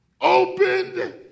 opened